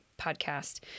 podcast